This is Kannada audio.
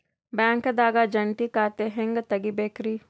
ಬ್ಯಾಂಕ್ದಾಗ ಜಂಟಿ ಖಾತೆ ಹೆಂಗ್ ತಗಿಬೇಕ್ರಿ?